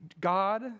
God